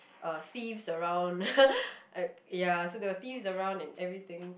uh thieves around uh ya so there were thieves around and everything